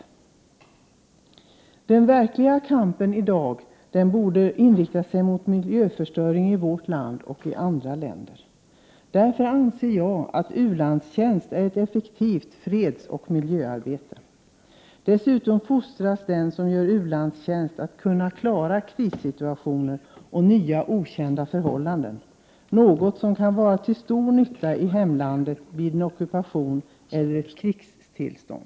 Den verkliga kampen borde i dag inrikta sig mot miljöförstöringen såväl i vårt land som i andra länder. Jag anser därför att u-landstjänst är ett effektivt fredsoch miljöarbete. Den som gör u-landstjänst fostras dessutom till att klara krissituationer och nya okända förhållanden. Det är något som kan vara till stor nytta i hemlandet vid en ockupation eller ett krigstillstånd.